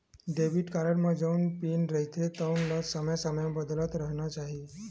debit card म जउन PIN रहिथे तउन ल समे समे म बदलत रहिना चाही